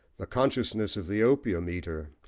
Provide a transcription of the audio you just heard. the consciousness of the opium-eater,